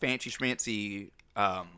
fancy-schmancy